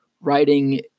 writing